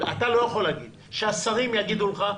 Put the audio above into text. אתה לא יכול להגיד, שהשרים יגידו לך,